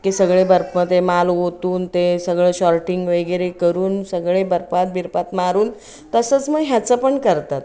की सगळे बर्फ ते माल ओतून ते सगळं शॉर्टिंग वगैरे करून सगळे बर्फात बिरपात मारून तसंच मग ह्याचं पण करतात